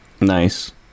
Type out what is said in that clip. nice